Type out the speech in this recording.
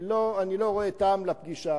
אני לא רואה טעם לפגישה.